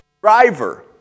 driver